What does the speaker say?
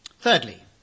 Thirdly